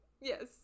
yes